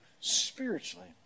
Spiritually